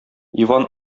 иван